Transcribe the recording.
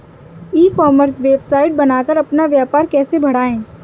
ई commerce website बनाकर अपना व्यापार कैसे बढ़ाएँ?